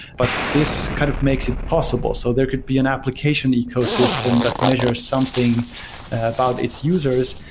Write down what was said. but this kind of makes it possible. so there could be an application ecosystem that measures something about its users,